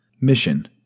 Mission